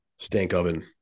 Stankoven